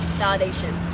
validation